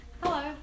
hello